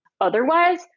otherwise